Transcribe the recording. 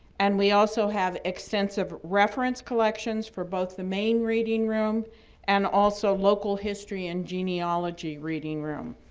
and we also have extensive reference collections for both the main reading room and also local history and genealogy reading room.